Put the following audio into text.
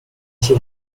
she